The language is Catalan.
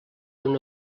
una